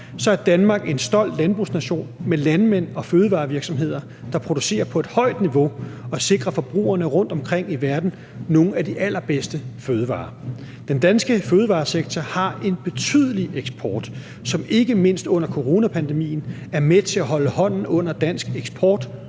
er Danmark en stolt landbrugsnation med landmænd og fødevarevirksomheder, der producerer på et højt niveau og sikrer forbrugerne rundtomkring i verden nogle af de allerbedste fødevarer. Den danske fødevaresektor har en betydelig eksport, som ikke mindst under coronapandemien er med til at holde hånden under dansk eksport